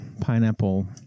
pineapple